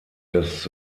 des